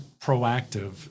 proactive